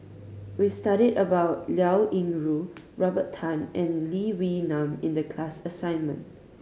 we studied about Liao Yingru Robert Tan and Lee Wee Nam in the class assignment